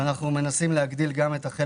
ואנחנו מנסים להגדיל את זה.